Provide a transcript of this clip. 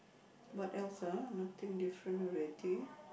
what else ah nothing different already